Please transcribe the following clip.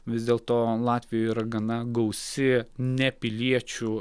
vis dėlto latvijoje yra gana gausi ne piliečių